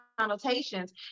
connotations